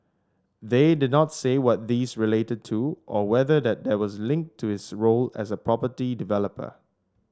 they did not say what these related to or whether that was linked to his role as a property developer